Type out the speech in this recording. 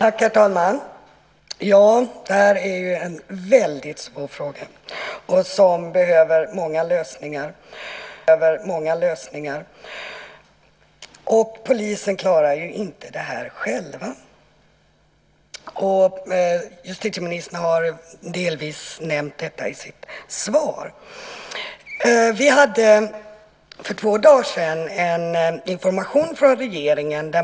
Herr talman! Det här är en väldigt svår fråga som behöver många lösningar. Polisen klarar ju inte det här själv. Justitieministern har delvis nämnt detta i sitt svar. Vi hade för två dagar sedan en information från regeringen.